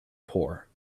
poor